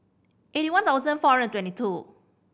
eighty one thousand four hundred and twenty two